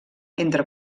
entre